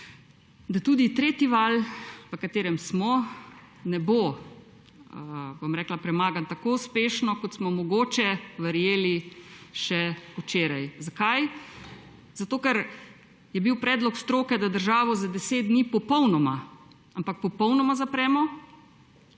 da tudi tretji val, v katerem smo, ne bo premagan tako uspešno, kot smo mogoče verjeli še včeraj. Zakaj? Zato ker je bil predlog stroke, da državo za 10 dni popolnoma, ampak popolnoma zapremo,